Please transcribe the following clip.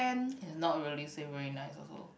is not really say very nice also